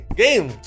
game